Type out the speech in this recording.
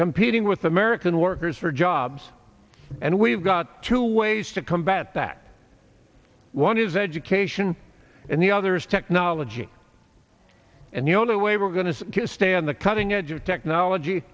competing with american workers for jobs and we've got two ways to combat that one is education and the other is technology and the only way we're going to stay on the cutting edge of technology